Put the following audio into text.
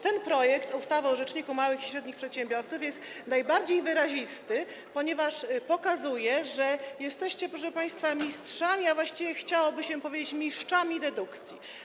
Ten projekt ustawy o Rzeczniku Małych i Średnich Przedsiębiorców jest najbardziej wyrazisty, ponieważ pokazuje, że jesteście, proszę państwa, mistrzami, a właściwie, chciałoby się powiedzieć, „miszczami” dedukcji.